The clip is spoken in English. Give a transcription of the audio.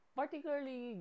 particularly